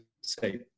say